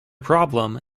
problem